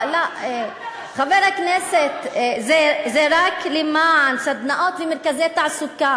חבר הכנסת, זה רק למען סדנאות ומרכזי תעסוקה.